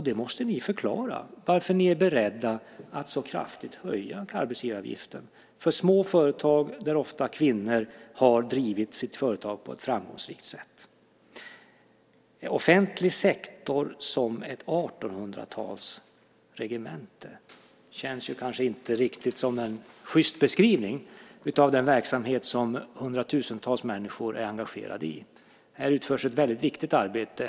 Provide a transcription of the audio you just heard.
Ni måste förklara varför ni är beredda att så kraftigt höja arbetsgivaravgiften för små företag där ofta kvinnor har drivit sitt företag på ett framgångsrikt sätt. Att tala om offentlig sektor som ett 1800-talsregemente känns kanske inte riktigt som en sjyst beskrivning av den verksamhet som hundratusentals människor är engagerade i. Här utförs ett väldigt viktigt arbete.